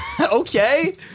Okay